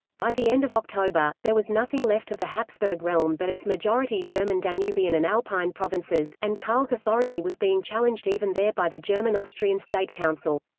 by the end of october, there was nothing left of the habsburg realm but its majority-german danubian and alpine provinces, and karl's authority was being challenged even there by the german-austrian state council.